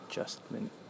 Adjustment